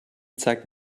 zeigt